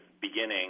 beginning